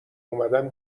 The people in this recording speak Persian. اومدم